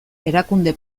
erakunde